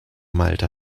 malta